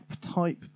type